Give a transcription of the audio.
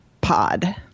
Pod